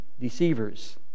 deceivers